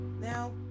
Now